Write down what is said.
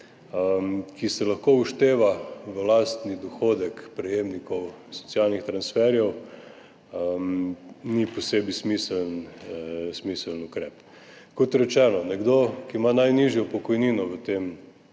ki se lahko všteva v lastni dohodek prejemnikov socialnih transferjev, ni posebej smiseln ukrep. Kot rečeno, nekdo, ki ima najnižjo pokojnino v tej